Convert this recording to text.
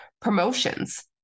promotions